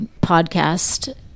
podcast